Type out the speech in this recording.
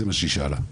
זה מה שהיא שאלה.